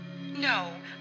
No